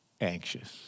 anxious